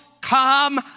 come